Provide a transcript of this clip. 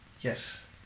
yes